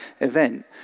event